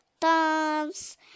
thumbs